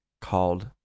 called